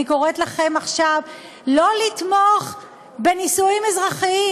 אני קוראת לכם עכשיו לא לתמוך בנישואים אזרחיים,